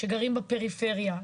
שגרים בפריפריה,